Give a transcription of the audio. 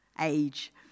age